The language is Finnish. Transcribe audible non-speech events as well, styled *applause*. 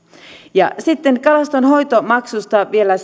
sitten kalastonhoitomaksusta vielä *unintelligible*